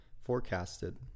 forecasted